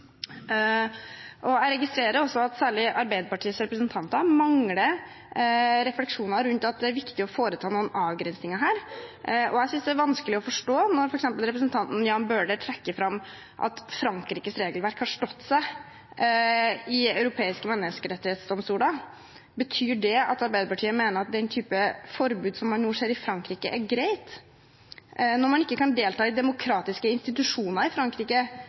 Jeg registrerer også at særlig Arbeiderpartiets representanter mangler refleksjoner rundt at det er viktig å foreta noen avgrensninger her. For eksempel når representanten Jan Bøhler trekker fram at Frankrikes regelverk har stått seg når det er prøvd i Den europeiske menneskerettsdomstolen, synes jeg det er vanskelig å forstå. Betyr det at Arbeiderpartiet mener at den typen forbud som man nå ser i Frankrike, er greit? Man kan ikke delta i demokratiske institusjoner i Frankrike